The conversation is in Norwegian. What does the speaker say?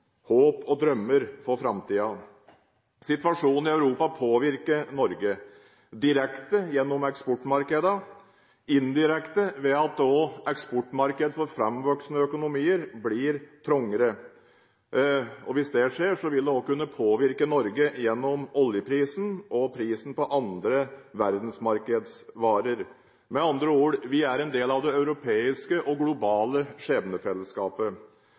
håp og drømmer for framtiden. Situasjonen i Europa påvirker Norge – direkte gjennom eksportmarkedene, og indirekte ved at også eksportmarkeder for framvoksende økonomier blir trangere. Hvis det skjer, vil det også kunne påvirke Norge gjennom oljeprisen og prisen på andre verdensmarkedsvarer. Med andre ord: Vi er en del av det europeiske og globale skjebnefellesskapet.